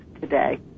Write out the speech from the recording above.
today